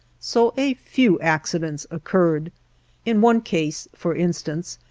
so a few accidents occurred in one case, for instance,